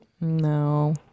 no